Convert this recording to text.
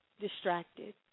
distracted